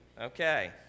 Okay